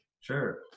Sure